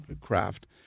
craft